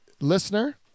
Listener